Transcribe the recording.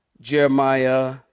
Jeremiah